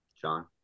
john